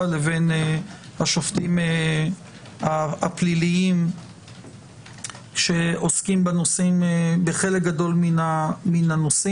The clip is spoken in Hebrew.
לבין השופטים הפליליים שעוסקים בנושאים בחלק גדול מהם.